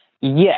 yes